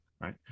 Right